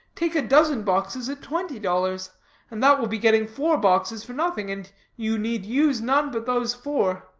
take a dozen boxes at twenty dollars and that will be getting four boxes for nothing, and you need use none but those four,